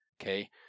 okay